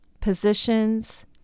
positions